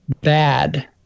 bad